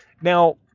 Now